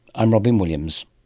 i'm robyn williams